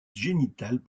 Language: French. génitales